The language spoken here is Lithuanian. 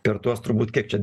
per tuos turbūt kiek čia